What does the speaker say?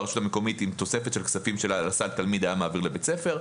והרשות המקומית עם התוספת שלה לסל תלמיד שהיה מעביר לבית הספר,